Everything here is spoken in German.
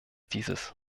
dieses